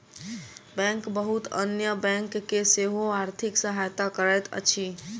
bank बहुत अन्य bank के सेहो आर्थिक सहायता करैत अछि